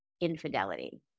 infidelity